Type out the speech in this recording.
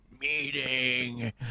meeting